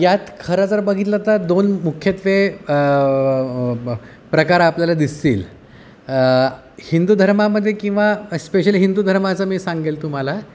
यात खरं जर बघितलं तर दोन मुख्यत्वे ब प्रकार आपल्याला दिसतील हिंदू धर्मामध्ये किंवा स्पेशली हिंदू धर्माचं मी सांगेल तुम्हाला